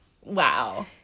wow